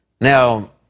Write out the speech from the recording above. Now